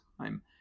time